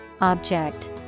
object